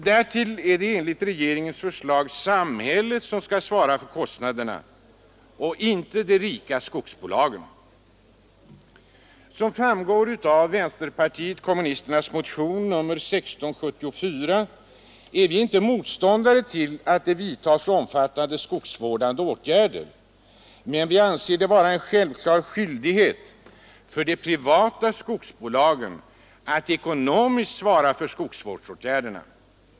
Därtill är det enligt regeringens förslag samhället som skall svara för kostnaderna, inte de rika privata skogsbolagen. Som framgår av vpk-motionen 1674 är vi inte motståndare till att det vidtas omfattande skogsvårdande åtgärder, men vi anser det vara en självklar skyldighet för de privata skogsbolagen att ekonomiskt svara för skogsvårdsåtgärderna.